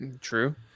True